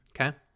okay